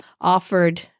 offered